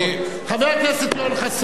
חבר הכנסת יואל חסון,